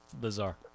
Bizarre